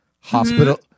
hospital